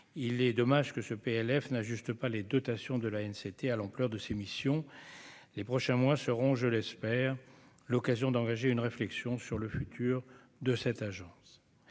il est dommage que ce PLF n'ajuste pas les dotations de la haine, c'était à l'ampleur de ces missions, les prochains mois seront je l'espère, l'occasion d'engager une réflexion sur le futur de cette agence,